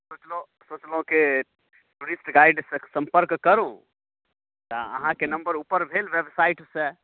सोचलहुँ सोचलहुँ कि टूरिस्ट गाइड से सम्पर्क करू तऽ अहाँकेँ नम्बर ऊपर भेल वेबसाइट से